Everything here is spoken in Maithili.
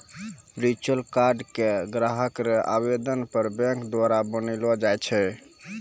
वर्चुअल कार्ड के ग्राहक रो आवेदन पर बैंक द्वारा बनैलो जाय छै